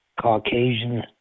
Caucasian